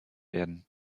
werden